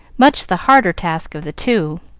much the harder task of the two.